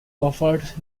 offered